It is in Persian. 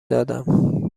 دادم